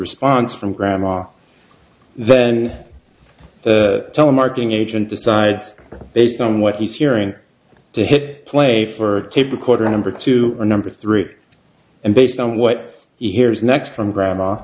response from grandma then the telemarketing agent decide based on what he's hearing to hit play for tape recorder number two or number three and based on what he hears next from grandma